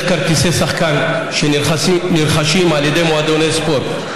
כרטיסי שחקן שנרכשים על ידי מועדוני ספורט.